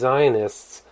Zionists